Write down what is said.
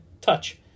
touch